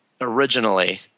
originally